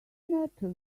matter